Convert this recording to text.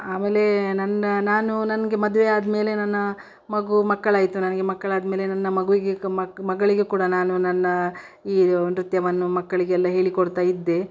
ಆಮೇಲೆ ನನ್ನ ನಾನು ನನಗೆ ಮದುವೆ ಆದಮೇಲೆ ನನ್ನ ಮಗು ಮಕ್ಕಳಾಯಿತು ನನಗೆ ಮಕ್ಕಳಾದ ಮೇಲೆ ನನ್ನ ಮಗುವಿಗೆ ಕ್ ಮಕ್ ಮಗಳಿಗೆ ಕೂಡ ನಾನು ನನ್ನ ಈ ನೃತ್ಯವನ್ನು ಮಕ್ಕಳಿಗೆಲ್ಲ ಹೇಳಿಕೊಡ್ತಾ ಇದ್ದೆ